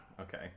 Okay